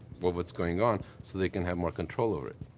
what's going on, so they can have more control over it.